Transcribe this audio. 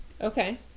Okay